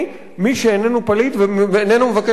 מי שאיננו פליט ואיננו מבקש מקלט,